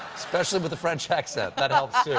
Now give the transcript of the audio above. especially with the french accent. that helps,